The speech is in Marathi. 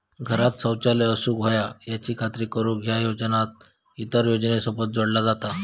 घरांत शौचालय असूक व्हया याची खात्री करुक ह्या योजना इतर योजनांसोबत जोडला जाता